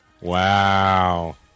Wow